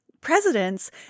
Presidents